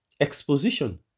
Exposition